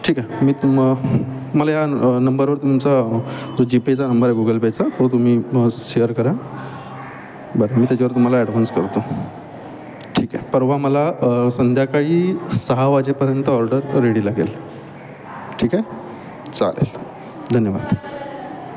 ठीक आहे मी तुम मला या नंबरवर तुमचा जो जी पेचा नंबर आहे गुगल पेचा तो तुम्ही ब् शेअर करा बरं मी त्याच्यावर तुम्हाला ॲडव्हान्स करतो ठीक आहे परवा मला संध्याकाळी सहा वाजेपर्यंत ऑर्डर रेडी लागेल ठीक आहे चालेल धन्यवाद